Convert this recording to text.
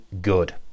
good